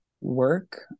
work